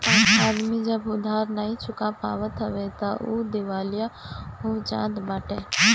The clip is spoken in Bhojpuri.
आदमी जब उधार नाइ चुका पावत हवे तअ उ दिवालिया हो जात बाटे